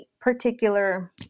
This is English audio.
particular